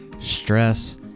stress